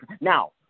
now